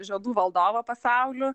žiedų valdovo pasauliu